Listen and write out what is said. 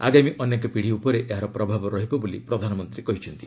ଆଗାମୀ ଅନେକ ପିଢ଼ି ଉପରେ ଏହାର ପ୍ରଭାବ ରହିବ ବୋଲି ପ୍ରଧାନମନ୍ତ୍ରୀ କହିଛନ୍ତି